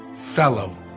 fellow